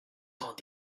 tant